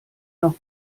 nach